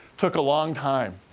took a long time.